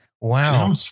Wow